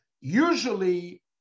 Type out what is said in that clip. usually